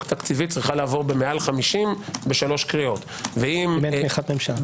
תקציבית צריכה לעבור במעל 50 בשלוש קריאות אם אין תמיכת ממשלה,